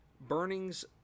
burnings